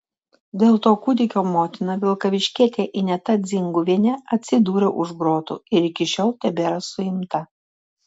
dėl to kūdikio motina vilkaviškietė ineta dzinguvienė atsidūrė už grotų ir iki šiol tebėra suimta